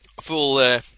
full